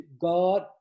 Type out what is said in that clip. God